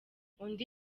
undi